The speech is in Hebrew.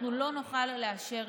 אנחנו לא נוכל לאשר.